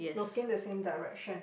looking the same direction